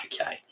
okay